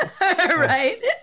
right